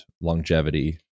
longevity